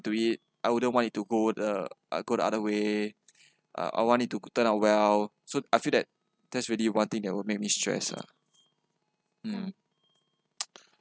to it I wouldn't want it to go the uh go the other way uh I want it to turn out well so I feel that that's really one thing that will make me stress lah mm